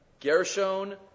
Gershon